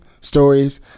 stories